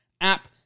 app